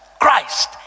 Christ